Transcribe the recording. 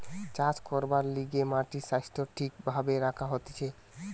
চাষ করবার লিগে মাটির স্বাস্থ্য ঠিক ভাবে রাখা হতিছে